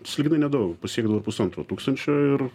sąlyginai nedaug pasiekdavo ir pusantro tūkstančio ir